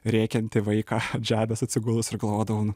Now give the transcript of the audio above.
rėkiantį vaiką ant žemės atsigulus ir galvodavau nu